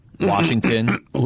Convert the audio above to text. Washington